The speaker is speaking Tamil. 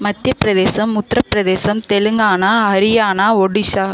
மத்தியப்பிரதேசம் உத்தரப்பிரதேசம் தெலுங்கானா ஹரியானா ஒடிசா